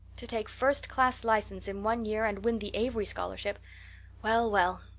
to take first class license in one year and win the avery scholarship well, well,